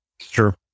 Sure